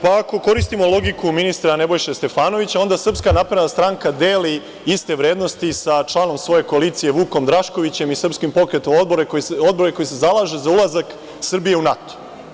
Pa, ako koristimo logiku ministra Nebojše Stefanovića, onda SNS deli iste vrednosti sa članom svoje koalicije, Vukom Draškovićem i SPO koji se zalaže za ulazak Srbije u NATO.